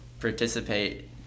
participate